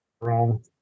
wrong